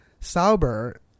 Sauber